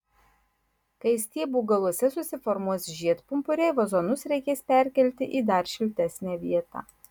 kai stiebų galuose susiformuos žiedpumpuriai vazonus reikės perkelti į dar šiltesnę vietą